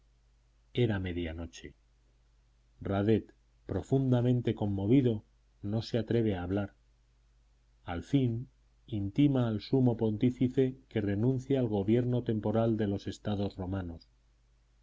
era medianoche radet profundamente conmovido no se atreve a hablar al fin intima al sumo pontífice que renuncie al gobierno temporal de los estados romanos